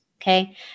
okay